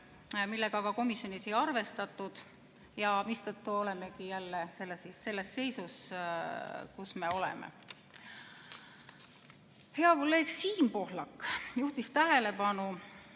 mida aga komisjonis ei arvestatud, mistõttu olemegi jälle selles seisus, kus me oleme. Hea kolleeg Siim Pohlak juhtis tähelepanu